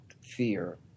fear